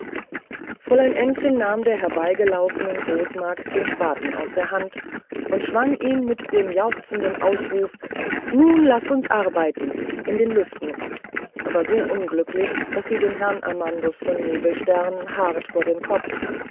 fräulein ännchen nahm der herbeigelaufenen großmagd den spaten aus der hand und schwang ihn mit dem jauchzenden ausruf nun laß uns arbeiten in den lüften aber so unglücklich daß sie den herrn amandus von nebelstern hart vor den kopf